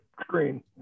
screen